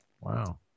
Wow